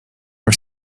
are